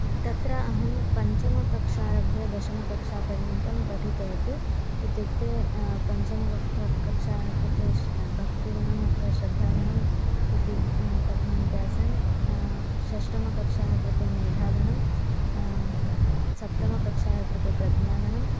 तत्र अहं पञ्चमकक्षारभ्य दशमकक्षापर्यन्तं पठितवती इत्युक्ते पञ्चमकक्षायाः कृते श् भक्तिगणम् अथवा श्रद्धागणम् इति कथयन्ती आसन् षष्टमकक्षायाः कृते मेधागणं सप्तमकक्षायाः कृते प्रज्ञागणम्